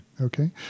Okay